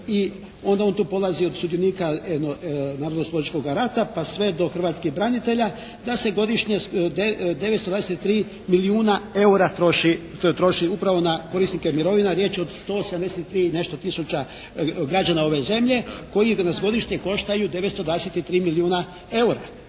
onda on tu polazi od sudionika narodnog oslobodilačkoga rata pa sve do hrvatskih branitelja da se godišnje 923 milijuna eura troši, troši upravo na korisnike mirovina. Riječ je od 183 i nešto tisuća građana ove zemlje koji nas godišnje koštaju 923 milijuna eura.